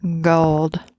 gold